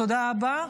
תודה רבה.